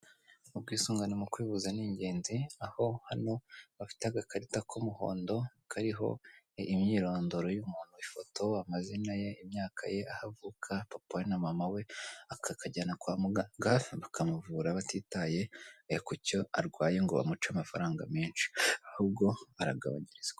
Ubwisungane mu kwivuza ni ingenzi, aho hano bafite agakarita k'umuhondo kariho imyirondoro y'umuntu ifoto, amazina ye, imyaka ye, ahavuka, papa we na mama we akakajyana kwa muganga bakamuvura batitaye ku cyo arwaye ngo bamuce amafaranga menshi ahubwo aragabanyirizwa.